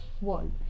world